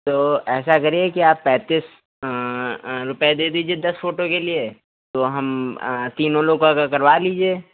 तो ऐसा करिए कि आप पैंतीस रुपये दे दीजिए दस फोटो के लिए तो हम तीनों लोगों का करवा लीजिए